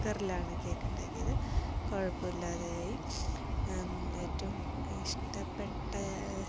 കുക്കറിലാണ് കേക്ക് ഉണ്ടാക്കിയത് കുഴപ്പമില്ലാതെയായി ഏറ്റവും ഇഷ്ടപ്പെട്ട